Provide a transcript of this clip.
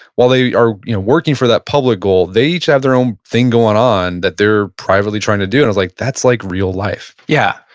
while they are working for that public goal, they each have their own thing going on that they're privately trying to do. and i was like, that's like real life. yeah.